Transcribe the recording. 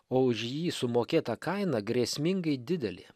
o už jį sumokėta kaina grėsmingai didelė